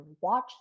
watch